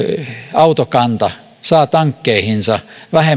autokanta saa tankkeihinsa